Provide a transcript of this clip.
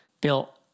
built